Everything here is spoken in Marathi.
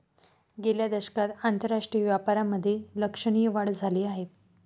गेल्या दशकात आंतरराष्ट्रीय व्यापारामधे लक्षणीय वाढ झाली आहे